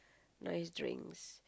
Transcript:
nice drinks